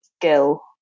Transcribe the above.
skill